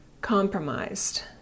compromised